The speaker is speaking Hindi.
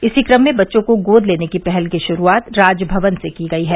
इसी कम में बच्चों को गोद लेने की पहल की शुरूआत राजभवन से की गयी है